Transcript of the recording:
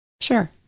Sure